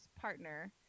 partner